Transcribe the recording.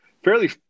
Fairly